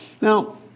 Now